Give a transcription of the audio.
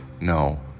No